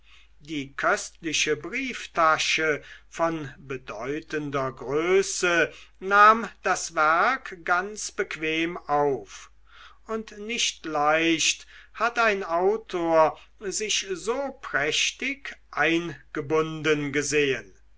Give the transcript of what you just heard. die köstliche brieftasche von bedeutender größe nahm das werk ganz bequem auf und nicht leicht hat ein autor sich so prächtig eingebunden gesehen